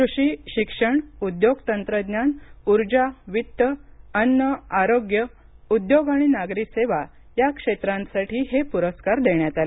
कृषी शिक्षण उद्योग तंत्रज्ञान उर्जा वित्त अन्न आरोग्य उद्योग आणि नागरी सेवा या क्षेत्रांसाठी हे पुरस्कार देण्यात आले